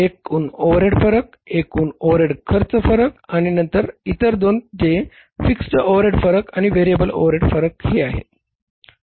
एकूण ओव्हरहेड फरक एकूण ओव्हरहेड खर्च फरक आणि नंतर इतर दोन जे फिक्स्ड ओव्हरहेड फरक आणि व्हेरिएबल ओव्हरहेड फरक हे आहेत